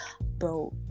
bro